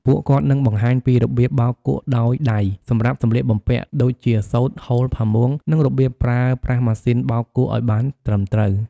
ពួកគាត់នឹងបង្ហាញពីរបៀបបោកគក់ដោយដៃសម្រាប់សម្លៀកបំពាក់ ដូចជាសូត្រ ហូល ផាមួង និងរបៀបប្រើប្រាស់ម៉ាស៊ីនបោកគក់ឲ្យបានត្រឹមត្រូវ។